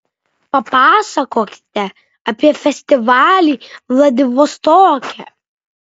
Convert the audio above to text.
papasakokite apie festivalį vladivostoke